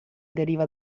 deriva